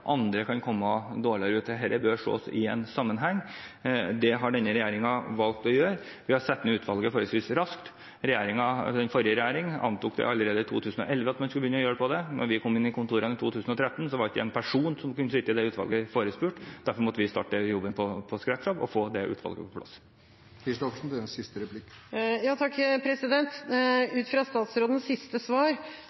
andre kan komme dårligere ut. Dette bør ses i en sammenheng. Det har denne regjeringen valgt å gjøre. Vi har satt ned utvalget forholdsvis raskt. Den forrige regjering antok allerede i 2011 at man skulle begynne å gjøre det. Da vi kom inn i kontorene i 2013, var ikke en person som kunne sitte i det utvalget, forespurt. Derfor måtte vi starte jobben fra scratch og få det utvalget på plass. Ut fra statsrådens siste